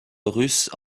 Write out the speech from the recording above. russe